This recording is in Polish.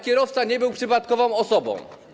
Kierowca nie był przypadkową osobą.